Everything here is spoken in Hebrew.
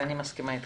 אני מסכימה אתך.